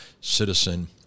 citizen